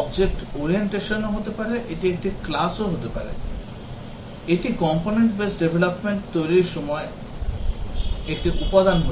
object orientation অনুসারে এটি একটি class হতে পারে এটি component base development তৈরীর সময় একটি উপাদান হতে পারে